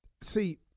See